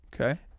Okay